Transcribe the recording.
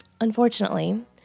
Unfortunately